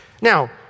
Now